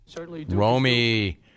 Romy